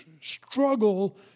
struggle